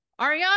ariana